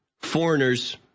foreigners